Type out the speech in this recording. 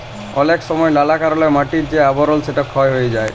অলেক সময় লালা কারলে মাটির যে আবরল সেটা ক্ষয় হ্যয়ে যায়